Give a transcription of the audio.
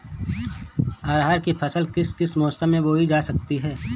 अरहर की फसल किस किस मौसम में बोई जा सकती है?